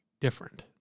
different